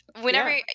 Whenever